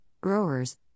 growers